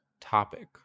topic